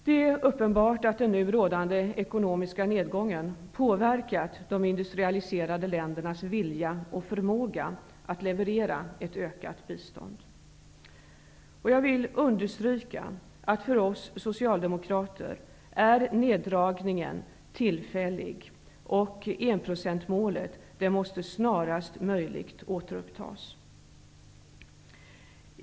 Det är uppenbart att den nu rådande ekonomiska nedgången har påverkat de industrialiserade ländernas vilja och förmåga att leverera ett ökat bistånd. Jag vill understryka att för oss socialdemokrater är neddragningen tillfällig och att enprocentsmålet snarast möjligt måste återupptas.